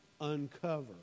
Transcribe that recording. uncover